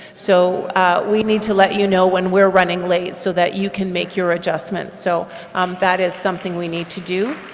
so we need to let you know when we're running late so that you can make your adjustments, so um that is something we need to do.